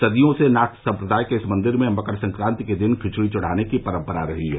सदियों से नाथ सम्प्रदाय के इस मंदिर में मकर संक्रांति के दिन खिचड़ी चढ़ाने की परम्परा रही है